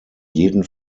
jeden